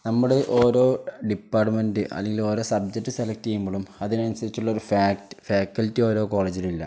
നമ്മുടെ ഓരോ ഡിപ്പാർട്ട്മെൻറ്റ് അല്ലെങ്കിൽ ഓരോ സബ്ജെക്റ്റ് സെലക്ട് ചെയ്യുമ്പോഴും അതിനനുസരിച്ചുള്ളൊരു ഫാക്കൽറ്റി ഓരോ കോളേജിലുമില്ല